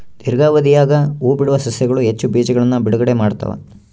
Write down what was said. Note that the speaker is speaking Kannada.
ದೀರ್ಘಾವಧಿಯಾಗ ಹೂಬಿಡುವ ಸಸ್ಯಗಳು ಹೆಚ್ಚು ಬೀಜಗಳನ್ನು ಬಿಡುಗಡೆ ಮಾಡ್ತ್ತವೆ